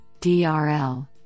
DRL